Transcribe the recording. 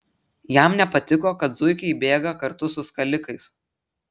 jam nepatiko kad zuikiai bėga kartu su skalikais